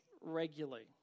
regularly